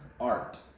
art